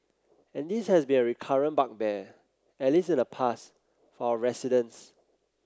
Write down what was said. and this has been a recurrent bugbear at least in the past for our residents